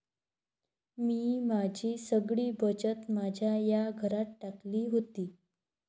मी माझी सगळी बचत माझ्या या घरात टाकली होती